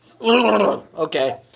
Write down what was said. Okay